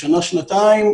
שנה-שנתיים,